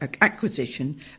acquisition